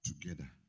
together